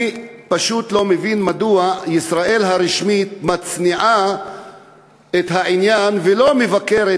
אני פשוט לא מבין מדוע ישראל הרשמית מצניעה את העניין ולא מבקרת